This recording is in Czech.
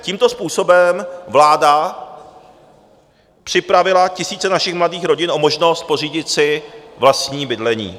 Tímto způsobem vláda připravila tisíce našich mladých rodin o možnost pořídit si vlastní bydlení.